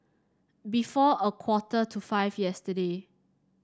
before a quarter to five yesterday